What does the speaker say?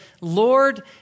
Lord